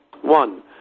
One